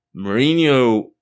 Mourinho